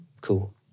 Cool